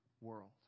world